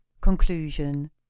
Conclusion